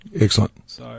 Excellent